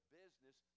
business